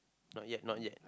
not yet not yet